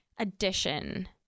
addition